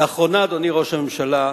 לאחרונה, אדוני ראש הממשלה,